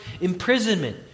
imprisonment